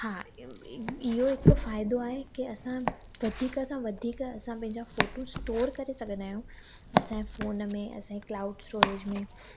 हा इ इय इहो हिकु फ़ाइदो आहे की असां वधीक सां वधीक असां पंहिंजा फ़ोटू स्टोर करे सघंदा आहियूं असांजे फ़ोन में असांजे क्लाउड स्टोरेज में